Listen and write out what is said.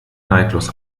neidlos